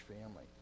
family